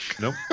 Nope